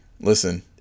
listen